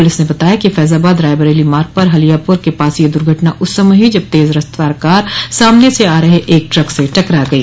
police ने बताया कि फैजाबाद रायबरेली मार्ग पर हलियापुर के पास यह दुर्घटना उस समय हुई जब तेज रफ्तार कार सामने से आ रहे एक ट्रक से टकरा गई